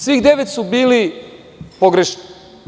Svih devet su bili pogrešni.